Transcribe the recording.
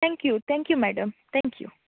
thank you thank you madam thank you